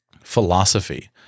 philosophy